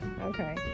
okay